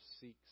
seeks